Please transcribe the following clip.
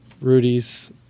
Rudy's